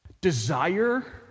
desire